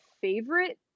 favorite